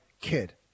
kid